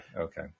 Okay